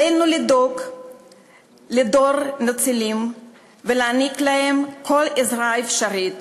עלינו לדאוג לדור הניצולים ולהעניק להם כל עזרה אפשרית,